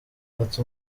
ati